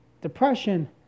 depression